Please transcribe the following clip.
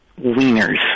Wieners